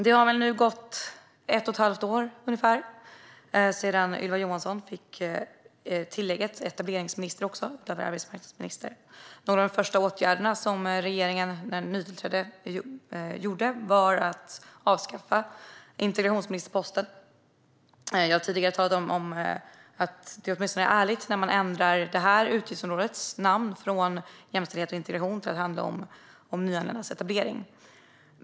Det har nu gått ungefär ett och ett halvt år sedan Ylva Johansson fick tillägget etableringsminister - utöver arbetsmarknadsminister. En av de första åtgärder som den nytillträdda regeringen vidtog var att avskaffa integrationsministerposten. Jag har tidigare talat om att det åtminstone är ärligt när man ändrar det här utgiftsområdet från att handla om jämställdhet och integration till att handla om nyanländas etablering.